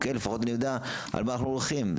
לפחות נדע על מה אנחנו הולכים.